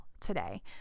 today